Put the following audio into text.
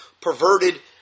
perverted